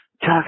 talk